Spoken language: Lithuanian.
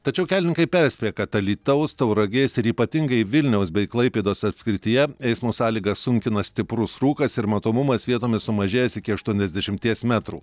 tačiau kelininkai perspėja kad alytaus tauragės ir ypatingai vilniaus bei klaipėdos apskrityje eismo sąlygas sunkina stiprus rūkas ir matomumas vietomis sumažėjęs iki aštuoniasdešimties metrų